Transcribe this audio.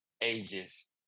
ages